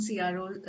CRO